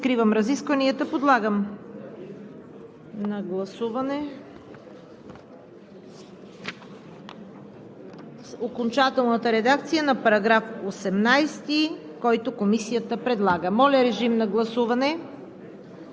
Благодаря, уважаема госпожо Събева. Реплики? Не виждам. Други изказвания? Не виждам. Закривам разискванията. Подлагам на гласуване